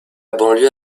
banlieue